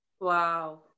wow